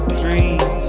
dreams